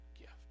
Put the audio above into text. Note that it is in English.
gift